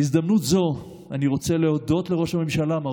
בהזדמנות זו אני רוצה להודות לראש הממשלה מר